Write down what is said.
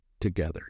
together